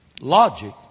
logic